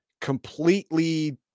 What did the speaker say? completely